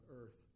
earth